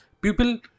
People